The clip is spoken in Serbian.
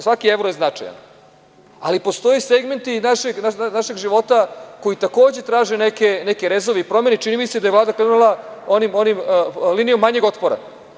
Svaki evro je značajan, ali postoje segmenti našeg života koji takođe traže neke rezove i promene i čini mi se da je Vlada krenula linijom manjeg otpora.